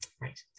right